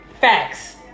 Facts